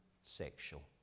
sexual